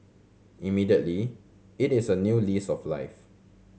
immediately it is a new lease of life